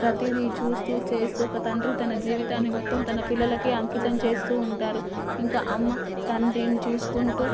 ప్రతీదీ చూస్తూ చేస్తూ ఒక తండ్రి తన జీవితాన్ని మొత్తం తన పిల్లలకే అంకితం చేస్తూ ఉంటారు ఇంకా అమ్మ తండ్రిని చూసుకుంటూ